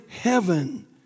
heaven